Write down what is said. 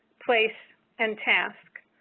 place and task.